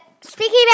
speaking